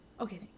Okay